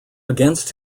against